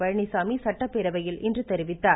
பழனிசாமி சட்டப்பேரவையில் இன்று தெரிவித்தார்